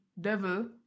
Devil